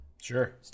Sure